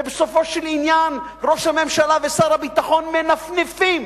ובסופו של עניין ראש הממשלה ושר הביטחון מנפנפים,